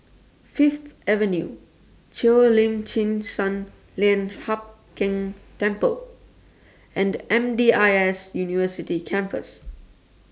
Fifth Avenue Cheo Lim Chin Sun Lian Hup Keng Temple and M D I S University Campus